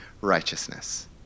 righteousness